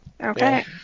Okay